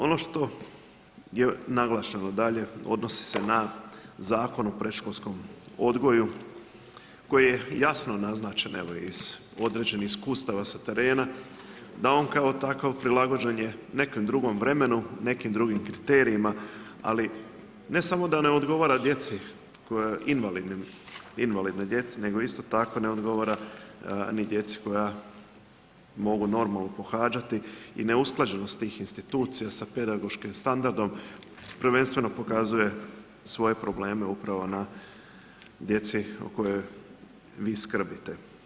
Ono što je naglašeno dalje odnosi se na Zakon o predškolskom odgoju koji je jasno naznačen, evo iz određenih iskustava sa terena, da on kao takav prilagođen je nekom drugom vremenu, nekim drugim kriterijima ali ne samo da ne odgovara invalidnoj djeci nego isto tako ne odgovara ni djeci koja mogu normalno pohađati i neusklađenost tih institucija sa pedagoškim standardom prvenstveno pokazuje svoje probleme upravo na djeci o kojoj vi skrbite.